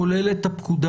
כולל את הפקודה